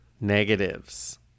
negatives